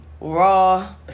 raw